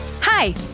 Hi